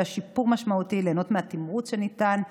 שיפור משמעותי וליהנות מהתמרוץ שניתן במודל.